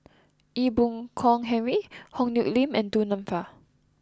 Ee Boon Kong Henry Yong Nyuk Lin and Du Nanfa